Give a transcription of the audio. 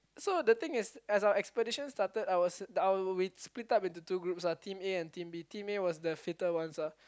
so the thing is as our expedition started I was I I we split up into two groups ah team A and team B team A was the fitter ones ah